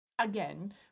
Again